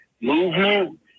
movement